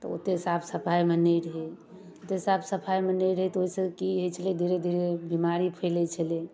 तऽ ओतेक साफ सफाइमे नहि रहै ओतेक साफ सफाइमे नहि रहै तऽ ओहिसँ की होइ छलै धीरे धीरे बिमारी फैलैत छलै